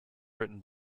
written